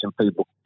people